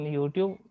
YouTube